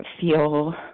feel